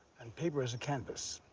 and paper as a canvas.